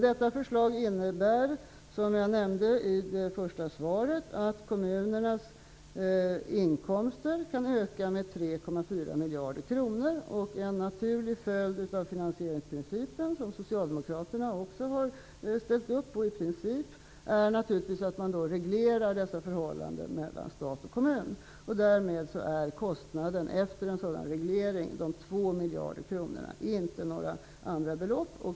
Detta förslag innebär, som jag nämnde i det första svaret, att kommunernas inkomster kan öka med 3,4 miljarder kronor. En naturlig följd av finansieringsprincipen, som socialdemokraterna också har ställt upp på i princip, är naturligtvis att man reglerar detta förhållande mellan stat och kommun. Därmed är kostnaden efter en sådan reglering 2 miljarder kronor, inte några andra belopp.